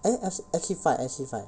eh f~ F_C five F_C five